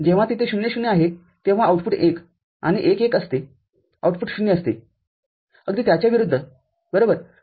जेव्हा तेथे ० ० आहे तेव्हा आउटपुट १ आणि १ १ असते आउटपुट ० असते अगदी त्याच्या विरुद्ध बरोबर